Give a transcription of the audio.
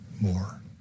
more